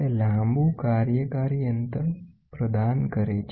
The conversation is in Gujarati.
તે લાંબુ કાર્યકારી અંતર પ્રદાન કરે છે